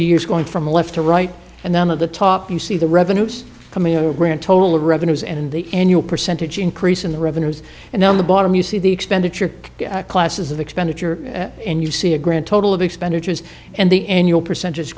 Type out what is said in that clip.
years going from left to right and then of the top you see the revenues coming in a grand total of revenues and in the annual percentage increase in the revenues and on the bottom you see the expenditure classes of expenditure and you see a grand total of expenditures and the annual percent